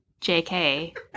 JK